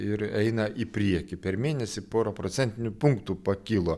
ir eina į priekį per mėnesį pora procentinių punktų pakilo